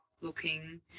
looking